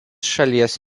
šalies